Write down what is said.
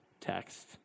text